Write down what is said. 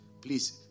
Please